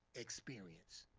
experience